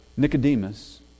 Nicodemus